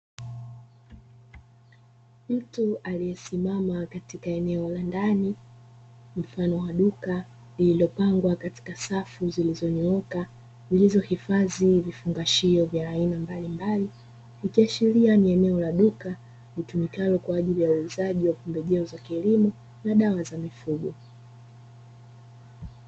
Mtu aliyesimama katika eneo la ndani mfano wa duka lililopangwa katika safu zilizonyoka, zilizohifadhi vifungashio vya aina mbalimbali. Ikiashiria ni eneo la duka litumikalo kwa ajili ya uuzaji wa pembejeo za kilimo na dawa za mifugo.